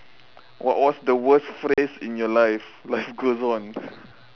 what was the worst phrase in your life life goes one